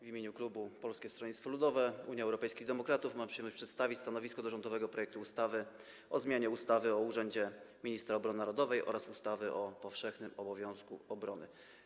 W imieniu klubu Polskiego Stronnictwa Ludowego - Unii Europejskich Demokratów mam przyjemność przedstawić stanowisko w sprawie rządowego projektu ustawy o zmianie ustawy o urzędzie Ministra Obrony Narodowej oraz ustawy o powszechnym obowiązku obrony.